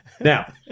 Now